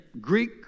Greek